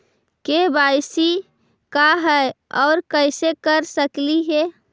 KYC का है, और कैसे कर सकली हे?